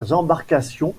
embarcations